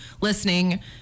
listening